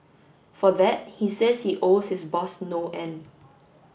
for that he says he owes his boss no end